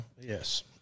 Yes